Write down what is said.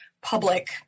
public